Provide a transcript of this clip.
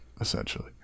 essentially